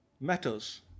matters